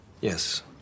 Yes